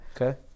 Okay